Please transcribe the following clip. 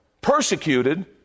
persecuted